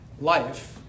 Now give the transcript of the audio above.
Life